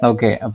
Okay